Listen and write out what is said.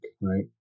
right